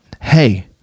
hey